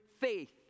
faith